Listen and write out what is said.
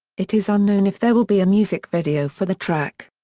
it is unknown if there will be a music video for the track.